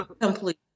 complete